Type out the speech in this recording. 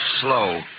slow